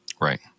Right